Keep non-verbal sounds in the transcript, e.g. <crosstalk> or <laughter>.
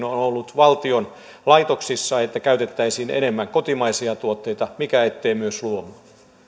<unintelligible> on on ollut valtion laitoksissa että käytettäisiin enemmän kotimaisia tuotteita mikä ettei myös luomua